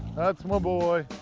that's my boy.